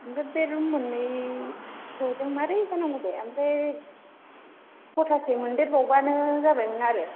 आमफ्राय बे रुम मोननैल'जों मारै जानांगौ दे आमफ्राय खथासे मोनदेर बावबानो जाबायमोन आरो